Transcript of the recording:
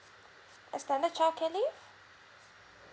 as standard child care leave